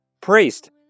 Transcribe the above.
priest